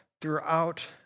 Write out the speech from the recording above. throughout